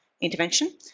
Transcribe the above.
intervention